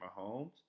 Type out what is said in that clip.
Mahomes